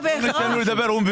חרדים.